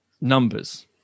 numbers